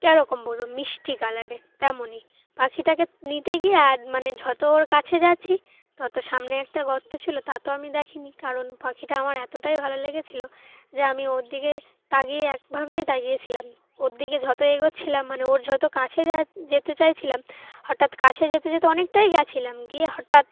কিরকম বলবো মিষ্টি কালারের তেমনই পাখিটাকে নিতে গিয়ে আর মানে যত ওর কাছে যাচ্ছি তত সামনে একটা গর্ত ছিল তা তো আমি দেখিনি কারণ পাখিটা আমার এতটাই ভালো লেগেছিলো যে আমি ওর দিকে তাকিয়ে একভাবেই তাকিয়েছিলাম ওর দিকে যত এগোচ্ছিলাম মানে ওর যত কাছে যেতে চাইছিলাম হঠাৎ কাছে যেতে যেতে অনেকটাই গিয়েছিলাম গিয়ে হঠাৎ